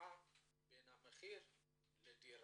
התאמה בין המחיר לדירה.